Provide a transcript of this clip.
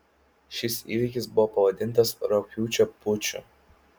šis įvykis buvo pavadintas rugpjūčio puču